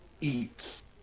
eats